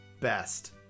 best